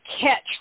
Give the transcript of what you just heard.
catch